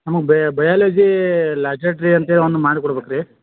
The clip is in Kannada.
ನಮಗೆ ಬಯಲಾಜೀ ಲಾಜಟ್ರಿ ಅಂತೇಳಿ ಒಂದು ಮಾಡ್ಕೊಡ್ಬೇಕ್ ರೀ